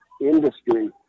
industry